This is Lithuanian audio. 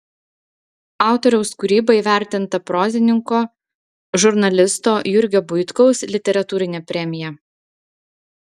autoriaus kūryba įvertinta prozininko žurnalisto jurgio buitkaus literatūrine premija